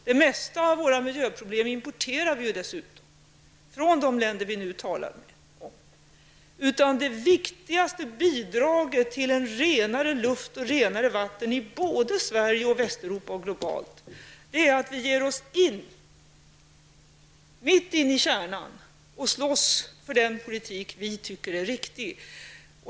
Det mesta av våra miljöproblem importerar vi dessutom från de länder vi nu talar om. Det viktigaste bidraget till renare luft och renare vatten i Sverige, i Västeuropa och globalt är att vi ger oss mitt in i kärnan och slåss för den politik vi tycker är riktig.